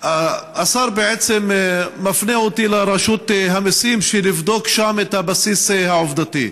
השר בעצם מפנה אותי לרשות המיסים בשביל לבדוק שם את הבסיס העובדתי.